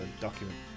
document